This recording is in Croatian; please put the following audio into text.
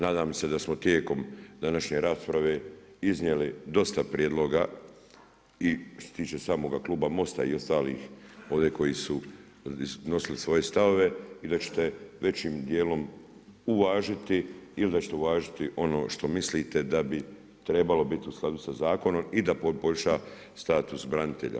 Nadam se da smo tijekom današnje rasprave iznijeli dosta prijedloga i što se tiče samoga kluba MOST-a i ostalih ovdje koji su iznosili svoje stavove i da ćete većim dijelom uvažiti ili da ćete uvažiti ono što mislite da bi trebalo biti u skladu sa zakonom i da poboljša status branitelja.